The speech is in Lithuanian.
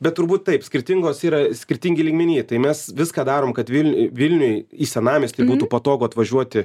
bet turbūt taip skirtingos yra skirtingi lygmenyje tai mes viską darom kad vil vilniuj į senamiestį būtų patogu atvažiuoti